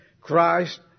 Christ